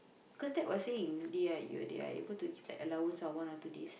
cause that was saying they are they are able to give that allowance of one or two days